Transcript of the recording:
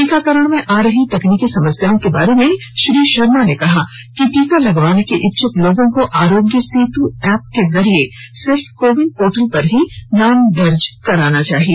टीकाकरण में आ रही तकनीकी समस्याओं बारे में श्री शर्मा ने कहा कि टीका लगवाने के इच्छुक लोगों को आरोग्य सेतु एप के जरिए सिर्फ कोविन पोर्टल पर ही नाम दर्ज कराना चाहिए